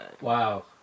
Wow